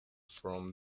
from